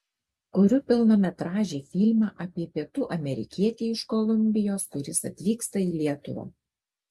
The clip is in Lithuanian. kuriu pilnametražį filmą apie pietų amerikietį iš kolumbijos kuris atvyksta į lietuvą